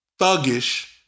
Thuggish